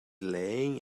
laying